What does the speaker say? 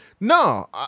No